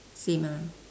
same ah